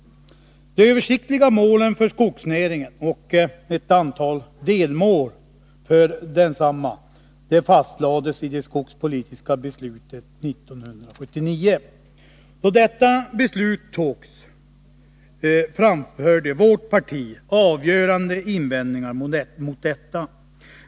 De översiktliga målen för skogsnäringen och ett antal delmål för densamma fastlades i det skogspolitiska beslutet 1979. Då detta beslut fattades, framförde vårt parti avgörande invändningar mot det.